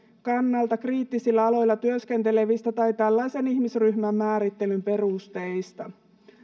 kannalta kriittisillä aloilla työskentelevistä tai tällaisen ihmisryhmän määrittelyn perusteista